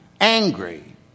angry